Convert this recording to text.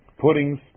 puddings